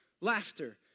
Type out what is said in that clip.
Laughter